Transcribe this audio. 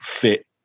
fit